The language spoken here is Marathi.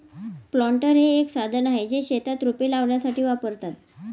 प्लांटर हे एक साधन आहे, जे शेतात रोपे लावण्यासाठी वापरतात